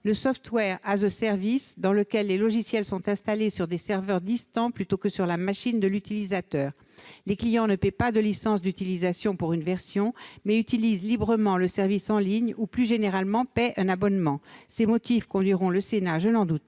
commerciale, le, dans lequel les logiciels sont installés sur des serveurs distants plutôt que sur la machine de l'utilisateur. Les clients ne paient pas de licence d'utilisation pour une version, mais utilisent librement le service en ligne ou, plus généralement, paient un abonnement. Ces motifs conduiront le Sénat, je n'en doute